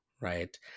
Right